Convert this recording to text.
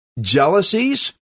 Jealousies